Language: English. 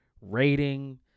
rating